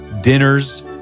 dinners